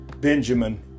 Benjamin